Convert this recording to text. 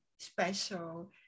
special